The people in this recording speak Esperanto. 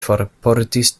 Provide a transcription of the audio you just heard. forportis